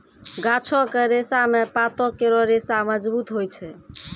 गाछो क रेशा म पातो केरो रेशा मजबूत होय छै